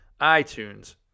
iTunes